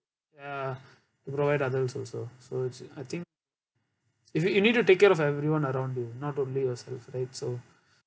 ya to help also so I think if you you need to take care of everyone around you not only ourselves right so